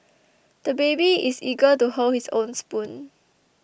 the baby is eager to hold his own spoon